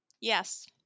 Yes